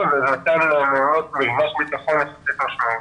ונתנו למעונות מרווח ביטחון משמעותי.